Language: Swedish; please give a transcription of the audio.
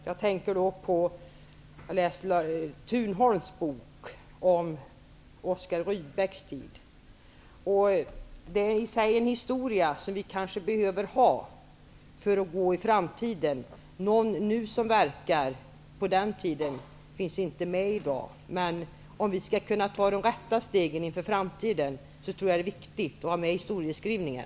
Jag har läst Thunholms bok om Oscar Det är i sig en historia som vi kanske behöver. I dag finns ingen med som verkade på den tiden, men om vi skall kunna ta de rätta stegen inför framtiden tror jag att det är viktigt att ha med historieskrivningen.